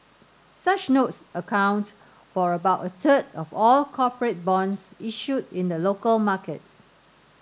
such notes account for about a third of all corporate bonds issued in the local market